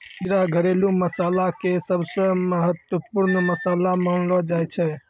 जीरा घरेलू मसाला के सबसॅ महत्वपूर्ण मसाला मानलो जाय छै